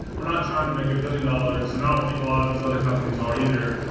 we're not trying to make a billion dollars, and i don't think a lot of these other companies are either.